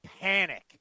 panic